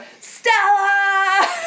Stella